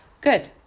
Good